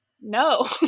No